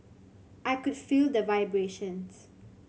I could feel the vibrations